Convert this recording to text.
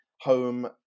home